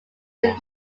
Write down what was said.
who